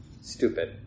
stupid